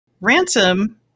Ransom